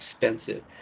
expensive